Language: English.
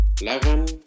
eleven